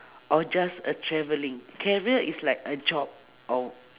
or just a travelling career is like a job or